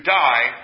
die